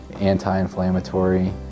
anti-inflammatory